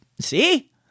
See